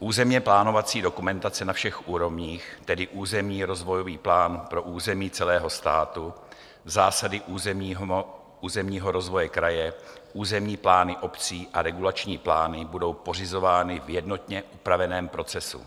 Územněplánovací dokumentace na všech úrovních, tedy územní rozvojový plán pro území celého státu, zásady územního rozvoje kraje, územní plány obcí a regulační plány, budou pořizovány v jednotně upraveném procesu.